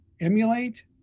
emulate